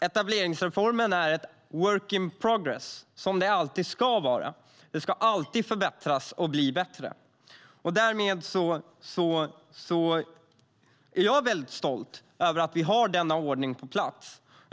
Etableringsreformen är ett "work in progress" och ska alltid vara det. Den ska alltid förbättras och bli bättre. Men jag är väldigt stolt över att vi har denna ordning på plats.